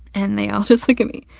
and they all just look at me,